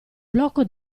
blocco